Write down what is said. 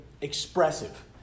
expressive